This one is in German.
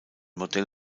modell